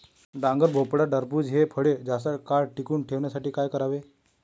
डांगर, भोपळा, टरबूज हि फळे जास्त काळ टिकवून ठेवण्यासाठी काय करावे?